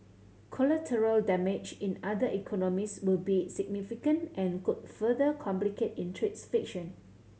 collateral damage in other economies will be significant and could further complicate in trades friction